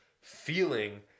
feeling